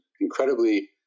incredibly